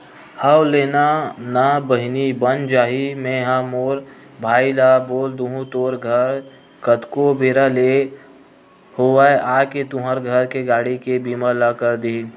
हव लेना ना बहिनी बन जाही मेंहा मोर भाई ल बोल दुहूँ तोर घर कतको बेरा ले होवय आके तुंहर घर के गाड़ी के बीमा ल कर दिही